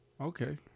Okay